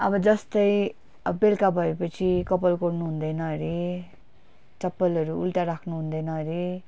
अब जस्तै अब बेलुका भएपछि कपल कोर्नु हुँदैन हरे चप्पलहरू उल्टा राख्नु हुँदैन हरे